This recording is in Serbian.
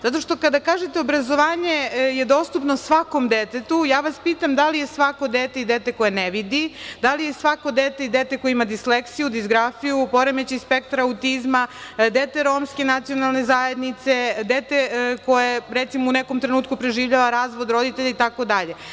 Zato što kada kažete obrazovanje je dostupno svakom detetu, ja vas pitam da li je svako dete i dete koje ne vidi, da li je svako dete i dete koje ima disleksiju, dizgrafiju, poremećaj spektra autizma, dete Romske nacionalne zajednice, dete koje recimo u nekom trenutku preživljava razvod roditelja, itd.